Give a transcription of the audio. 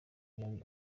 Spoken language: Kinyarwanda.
yari